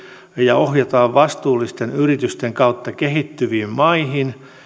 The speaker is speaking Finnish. ja ohjataan vastuullisten yritysten kautta kehittyviin maihin